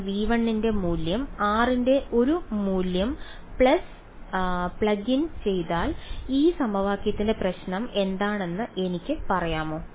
ഞാൻ V1 ന്റെ മൂല്യം r ന്റെ ഒരു മൂല്യം പ്ലഗ് ഇൻ ചെയ്താൽ ഈ സമവാക്യത്തിന്റെ പ്രശ്നം എന്താണെന്ന് എനിക്ക് പറയാമോ